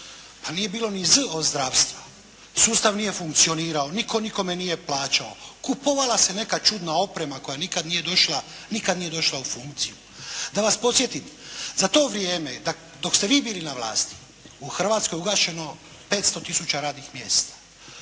a nije bilo ni "z" od zdravstva, sustav nije funkcionirao, nitko nikome nije plaćao, kupovala se neka čudna oprema koja nikad nije došla u funkciju. Da vas podsjetim. Za to vrijeme dok ste vi bili na vlasti u Hrvatskoj je ugašeno 500 tisuća radnih mjesta.